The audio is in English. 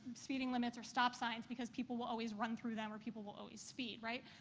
speeding limits or stop signs because people will always run through them or people will always speed, right?